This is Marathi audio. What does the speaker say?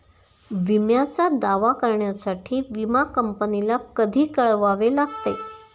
विम्याचा दावा करण्यासाठी विमा कंपनीला कधी कळवावे लागते?